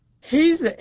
He's